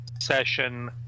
session